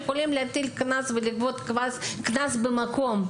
שיכולים להטיל קנס ולגבות קנס במקום,